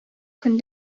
көн